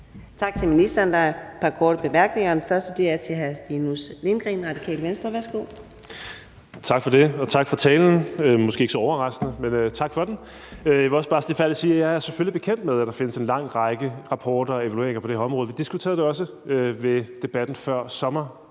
Tak til ministeren. Der er et par korte bemærkninger, og den første er til hr. Stinus Lindgreen, Radikale Venstre. Værsgo. Kl. 12:16 Stinus Lindgreen (RV): Tak for det, og tak for talen. Den var måske ikke så overraskende, men tak for den. Jeg vil også bare stilfærdigt sige, at jeg selvfølgelig er bekendt med, at der findes en lang række rapporter og evalueringer på det her område. Vi diskuterede det også under debatten før sommer.